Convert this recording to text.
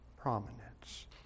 prominence